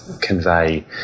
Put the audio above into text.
convey